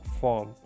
form